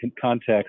context